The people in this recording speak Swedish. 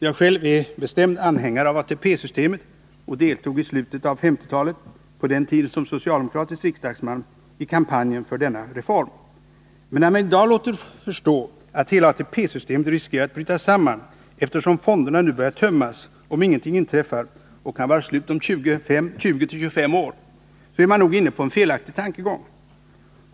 Jag själv är bestämd anhängare av ATP-systemet och deltog i slutet av 1950-talet — på den tiden som socialdemokratisk riksdagsman — i kampanjen för denna reform. Men när man i dag låter förstå att hela ATP-systemet riskerar att bryta samman, eftersom fonderna nu börjar tömmas om ingenting inträffar och kan vara slut om 20-25 år, så är man nog inne på en felaktig tankegång.